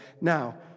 Now